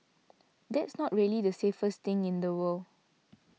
that's not really the safest thing in the world